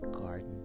garden